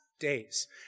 days